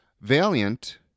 Valiant